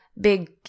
big